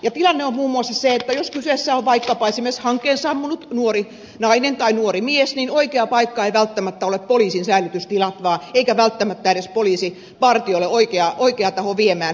tilanne on muun muassa se että jos kyseessä on vaikkapa esimerkiksi hankeen sammunut nuori nainen tai nuori mies niin oikea paikka ei välttämättä ole poliisin säilytystilat eikä välttämättä edes poliisipartio ole oikea taho viemään